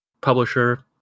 publisher